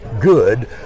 good